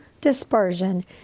dispersion